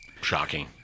Shocking